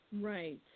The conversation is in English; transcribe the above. Right